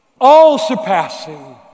all-surpassing